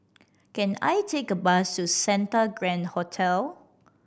can I take a bus to Santa Grand Hotel